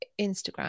Instagram